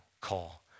call